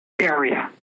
area